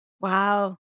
Wow